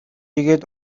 ийгээд